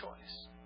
choice